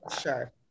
sure